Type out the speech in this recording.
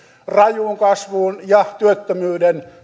rajuun kasvuun ja työttömyyden